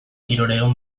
hirurehun